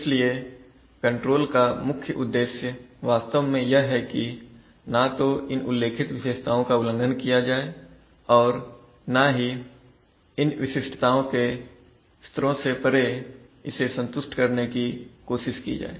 इसलिए कंट्रोल का मुख्य उद्देश्य वास्तव में यह है कि ना तो इन उल्लेखित विशेषताओं का उल्लंघन किया जाए और ना ही इन विशिष्टताओं के स्तरों से परे इसे संतुष्ट करने की कोशिश की जाए